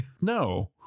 No